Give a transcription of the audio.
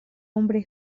hombre